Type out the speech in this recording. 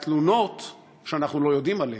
התלונות שאנחנו לא יודעים עליהן.